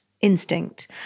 instinct